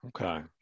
Okay